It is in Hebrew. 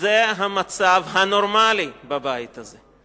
זה המצב הנורמלי בבית הזה,